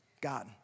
God